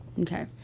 Okay